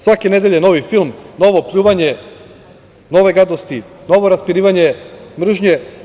Svake nedelje novi film, novo pljuvanje, nove gadosti, novo raspirivanje mržnje.